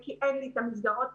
כיוון שאין לי מקום.